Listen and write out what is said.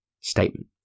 Statement